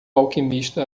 alquimista